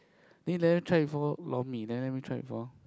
then you never try before lor mee then you never try before